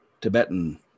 Tibetan